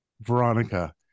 Veronica